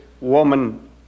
woman